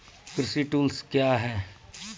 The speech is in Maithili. कृषि टुल्स क्या हैं?